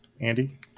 Andy